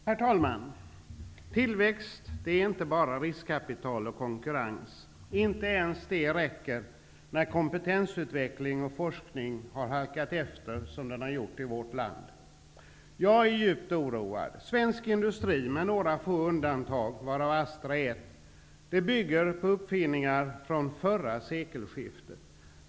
Herr talman! Tillväxt är inte bara riskkapital och konkurrens. Inte ens det räcker när konkurrensutveckling och forskning har halkat efter som den har gjort i vårt land. Jag är djupt oroad. Svensk industri bygger med några få undantag, varav Astra är ett, på uppfinningar från förra sekelskiftet.